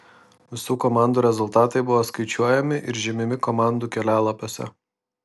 visų komandų rezultatai buvo skaičiuojami ir žymimi komandų kelialapiuose